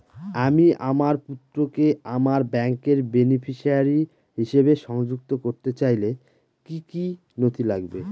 আমি আমার পুত্রকে আমার ব্যাংকের বেনিফিসিয়ারি হিসেবে সংযুক্ত করতে চাইলে কি কী নথি লাগবে?